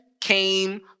came